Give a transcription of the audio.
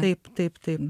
taip taip taip